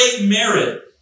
merit